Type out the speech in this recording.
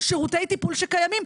שירותי טיפול שקיימים.